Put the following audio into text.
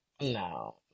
No